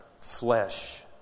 flesh